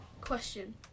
question